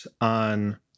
on